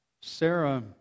Sarah